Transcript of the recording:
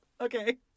Okay